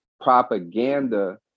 propaganda